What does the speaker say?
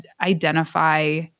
identify